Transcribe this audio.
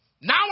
Now